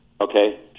Okay